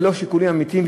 ולא שיקולים אמיתיים,